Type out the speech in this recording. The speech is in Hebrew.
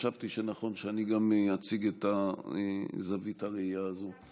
חשבתי שנכון שאני גם אציג את זווית הראייה הזאת.